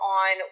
on